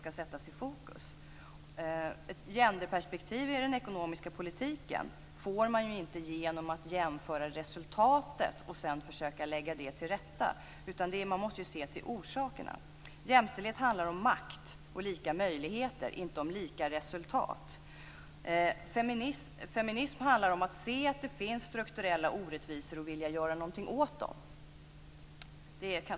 Man får inte ett genderperspektiv i den ekonomiska politiken genom att jämföra resultatet och sedan försöka lägga det till rätta. Man måste se till orsakerna. Jämställdhet handlar om makt och lika möjligheter, inte om lika resultat. Feminism handlar om att se att det finns strukturella orättvisor och att vilja göra någonting åt dem.